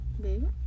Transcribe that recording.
Baby